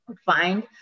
find